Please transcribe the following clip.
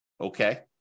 Okay